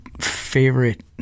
favorite